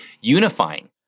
unifying